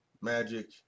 Magic